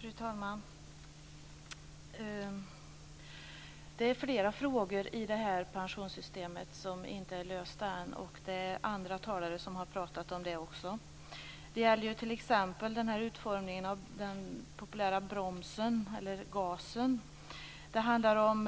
Fru talman! Det är flera frågor i det här pensionssystemet som inte är lösta än. Andra talare har också pratat om det. Det gäller t.ex. utformningen av den populära bromsen eller gasen. Det handlar om